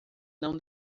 não